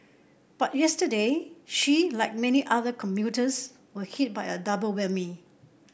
but yesterday she like many other commuters were hit by a double whammy